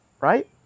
right